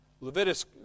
Leviticus